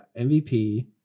MVP